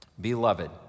Beloved